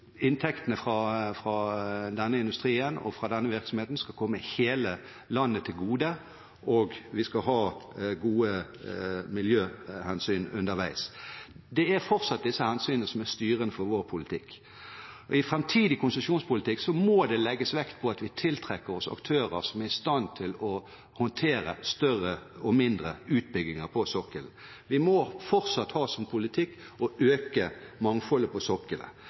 inntektene fra denne industrien og fra denne virksomheten skal komme hele landet til gode, og vi skal ha gode miljøhensyn underveis. Det er fortsatt disse hensynene som er styrende for vår politikk, og i framtidig konsesjonspolitikk må det legges vekt på at vi tiltrekker oss aktører som er i stand til å håndtere større og mindre utbygginger på sokkelen. Vi må fortsatt ha som politikk å øke mangfoldet på